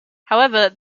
however